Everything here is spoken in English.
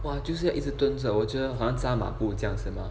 !wah! 就是一直要蹲着好像扎马步